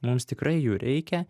mums tikrai jų reikia